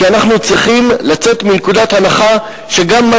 כי אנחנו צריכים לצאת מנקודת הנחה שגם מה